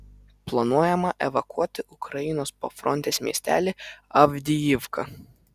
planuojama evakuoti ukrainos pafrontės miestelį avdijivką